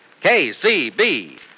KCB